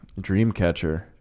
Dreamcatcher